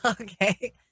Okay